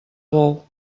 bou